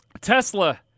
Tesla